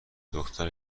دختر